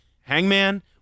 Hangman